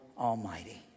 Almighty